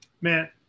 Man